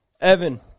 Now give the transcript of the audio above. Evan